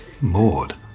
Maud